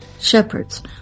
shepherds